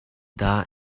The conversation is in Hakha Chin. dah